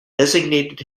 designated